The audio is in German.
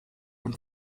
und